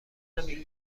نمی